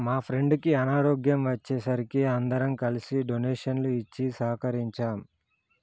మా ఫ్రెండుకి అనారోగ్యం వచ్చే సరికి అందరం కలిసి డొనేషన్లు ఇచ్చి సహకరించాం